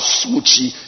smoochy